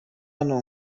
hano